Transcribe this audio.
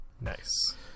nice